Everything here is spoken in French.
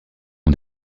ont